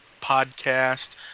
podcast